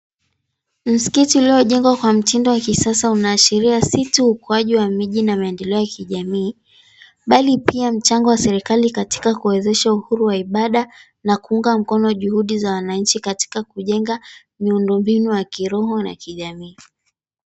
Msikiti uliojengwa kwa mtindo wa kisasa unaashiria si tu ukuaji wa miji na maendeleo ya kijamii, bali pia mchango wa serikali katika kuwezesha uhuru wa ibada, na kuunga mkono juhudi za wananchi katika kujenga miundombinu ya kiroho na kijamii.